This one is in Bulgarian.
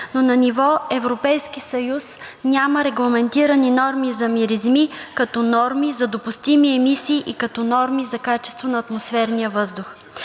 но на ниво Европейски съюз няма регламентирани норми за миризми като норми за допустими емисии и като норми за качеството на атмосферния въздух.